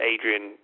Adrian